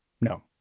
no